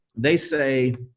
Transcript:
they say,